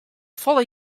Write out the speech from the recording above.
folle